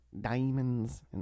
diamonds